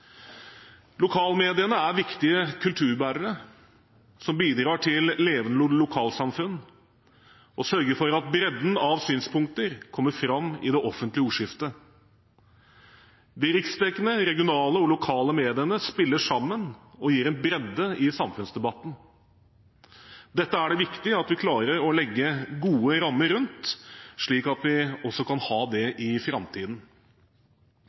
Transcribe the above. Lokalmediene er viktige kulturbærere, som bidrar til levende lokalsamfunn og sørger for at bredden av synspunkter kommer fram i det offentlige ordskiftet. De riksdekkende, regionale og lokale mediene spiller sammen og gir en bredde i samfunnsdebatten. Dette er det viktig at vi klarer å legge gode rammer rundt, slik at vi også kan ha det i framtiden.